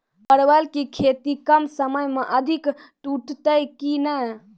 परवल की खेती कम समय मे अधिक टूटते की ने?